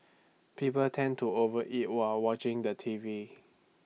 people tend to over eat while watching the T V